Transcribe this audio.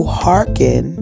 hearken